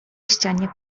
ścianie